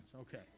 Okay